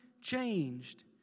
changed